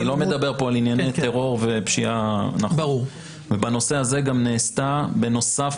אני לא מדבר פה על אירועי טרור ופשיעה ובנוסף נעשתה גם בנושא הזה